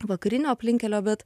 vakarinio aplinkkelio bet